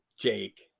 Jake